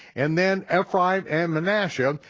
and then ephraim and menasseh,